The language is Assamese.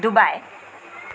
ডুবাই